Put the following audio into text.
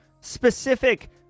specific